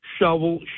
shovel